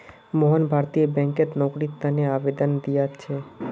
मोहन भारतीय बैंकत नौकरीर तने आवेदन दिया छे